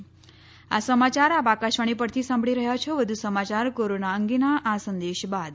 corona સંદેશ આ સમાચાર આપ આકાશવાણી પરથી સાંભળી રહ્યા છો વધુ સમાચાર કોરોના અંગેના આ સંદેશ બાદ